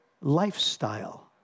lifestyle